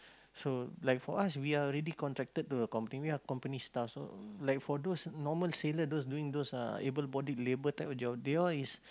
so like for us we are already contracted to the company we are company staff so like for those normal sailor those doing those uh able bodied labour type of job they all is